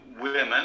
women